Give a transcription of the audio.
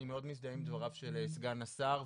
אני מאוד מזדהה עם דבריו של סגן השר,